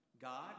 God